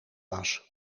was